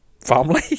family